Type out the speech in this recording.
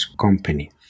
company